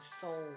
soul